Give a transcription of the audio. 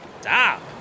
Stop